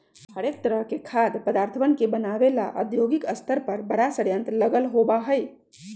हरेक तरह के खाद्य पदार्थवन के बनाबे ला औद्योगिक स्तर पर बड़ा संयंत्र लगल होबा हई